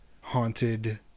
haunted